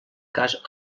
cas